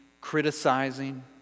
criticizing